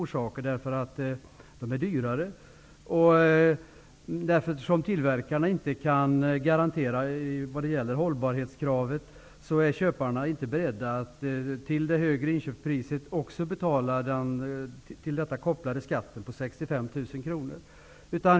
Dessa motorer är dyrare. Eftersom tillverkarna inte kan uppfylla hållbarhetskravet, är köparna inte beredda att förutom det högre inköpspriset också betala den till priset kopplade skatten på 65 000 kr.